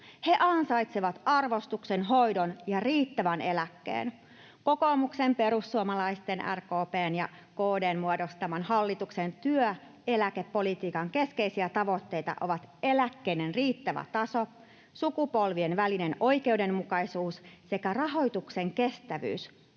He ansaitsevat arvostuksen, hoidon ja riittävän eläkkeen. Kokoomuksen, perussuomalaisten, RKP:n ja KD:n muodostaman hallituksen työeläkepolitiikan keskeisiä tavoitteita ovat eläkkeiden riittävä taso, sukupolvien välinen oikeudenmukaisuus sekä rahoituksen kestävyys